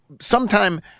sometime